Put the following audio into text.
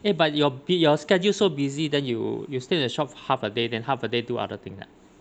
eh but your b~ your schedule so busy then you you stay at the shop half a day then half a day do other thing ah